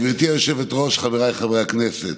גברתי היושבת-ראש, חבריי חברי הכנסת,